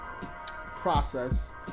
process